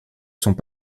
sont